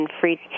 free